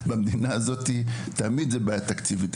במדינה הזאת זה תמיד בעיה תקציבית,